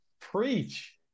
preach